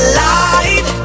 light